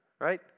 right